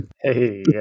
Hey